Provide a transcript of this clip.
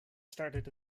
started